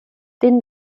denen